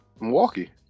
Milwaukee